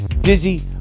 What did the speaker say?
dizzy